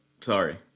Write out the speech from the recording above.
sorry